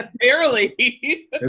barely